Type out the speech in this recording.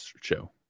show